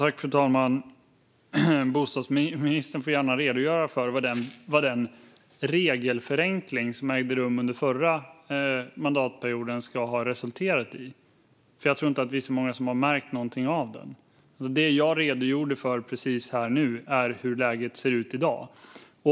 Fru talman! Bostadsministern får gärna redogöra för vad den "regelförenkling" som ägde rum under den förra mandatperioden har resulterat i. Jag tror inte att vi är så många som har märkt något av den. Det som jag redogjorde för precis är hur läget ser ut i dag.